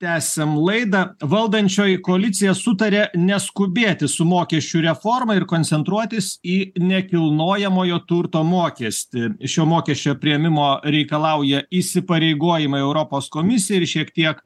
tęsiam laidą valdančioji koalicija sutarė neskubėti su mokesčių reforma ir koncentruotis į nekilnojamojo turto mokestį šio mokesčio priėmimo reikalauja įsipareigojimai europos komisijai ir šiek tiek